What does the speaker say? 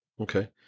Okay